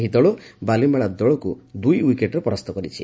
ଏହି ଦଳ ବାଲିମେଳା ଦଳକୁ ଦୁଇ ୱିକେଟରେ ପରାସ୍ତ କରିଛି